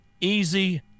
easy